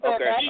Okay